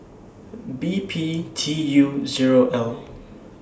B P T U Zero L